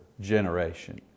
generation